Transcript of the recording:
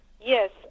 Yes